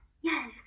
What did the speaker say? yes